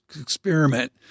experiment